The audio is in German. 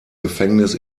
gefängnis